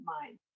mind